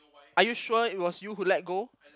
are you sure it was you who let go